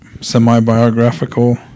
semi-biographical